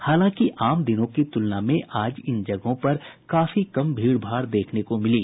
हालांकि आम दिनों की तुलना में आज इन जगहों पर काफी कम भीड़भाड़ देखने को मिली